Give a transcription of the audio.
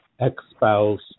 Ex-spouse